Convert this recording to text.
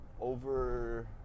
over